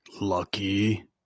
Lucky